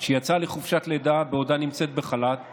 כשהיא יצאה לחופשת לידה בעודה נמצאת בחל"ת